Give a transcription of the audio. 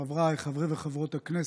חבריי חברי וחברות הכנסת,